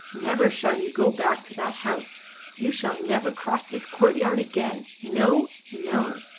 never shall you go back to that house you shall never cross this courtyard again. no! no!